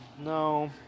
No